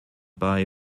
bei